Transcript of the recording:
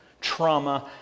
trauma